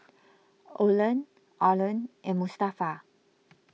Olan Arlan and Mustafa